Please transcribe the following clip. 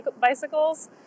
bicycles